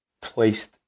placed